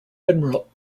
admiral